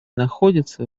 находятся